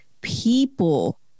people